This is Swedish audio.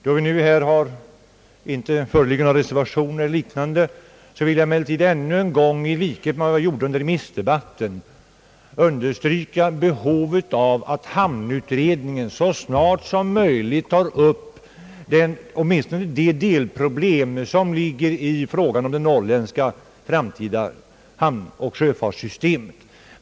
När det nu inte föreligger några reservationer eller liknande, vill jag emellertid understryka behovet av att hamnutredningen så snart som möjligt tar upp åtminstone de delproblem som ligger i frågan om det framtida norrländska hamnoch sjöfartssystemet.